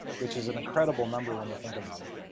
which is an incredible number, when you think about it.